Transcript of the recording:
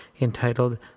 entitled